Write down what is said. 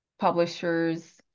Publishers